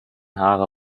haare